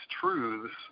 truths